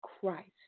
Christ